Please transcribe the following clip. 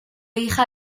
hija